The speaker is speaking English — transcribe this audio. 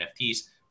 NFTs